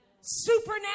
Supernatural